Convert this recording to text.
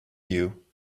you